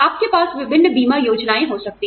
आपके पास विभिन्न बीमा योजनाएं हो सकती हैं